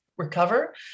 recover